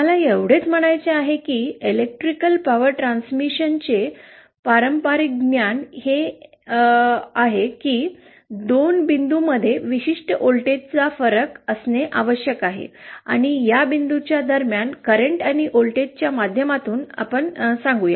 मला एवढेच म्हणायचे आहे की इलेक्ट्रिकल पॉवर ट्रान्समिशनचे पारंपरिक ज्ञान हे आहे की 2 बिंदू आणि शक्ती मध्ये विशिष्ट व्होल्टेज फरक असणे आवश्यक आहे आणि या बिंदूच्या दरम्यान करंट आणि व्होल्टेजच्या माध्यमातून आपण सांगू या